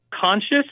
conscious